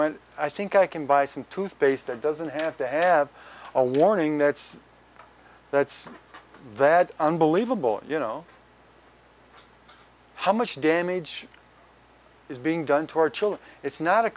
when i think i can buy some toothpaste that doesn't have to have a warning that's that's that unbelievable you know how much damage is being done to our children it's not a